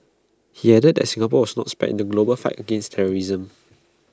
he added that Singapore was not spared in the global fight against terrorism